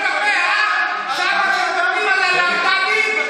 על הלהט"בים,